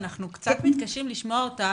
היה לי עסק עם בעלי,